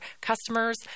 customers